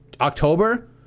October